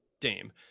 Dame